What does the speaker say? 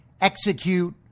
execute